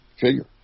figure